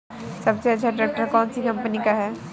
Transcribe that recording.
सबसे अच्छा ट्रैक्टर कौन सी कम्पनी का है?